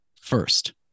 first